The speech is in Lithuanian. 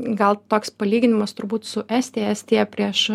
gal toks palyginimas turbūt su estija estija prieš